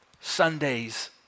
Sundays